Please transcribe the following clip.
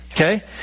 Okay